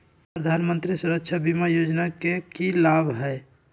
प्रधानमंत्री सुरक्षा बीमा योजना के की लाभ हई?